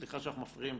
סליחה שאנחנו מפריעים.